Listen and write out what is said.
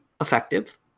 effective